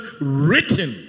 written